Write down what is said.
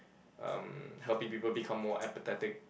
um helping people become more empathetic